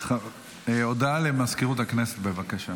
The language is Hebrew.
הודעה למזכירות הכנסת, בבקשה.